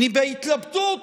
אני בהתלבטות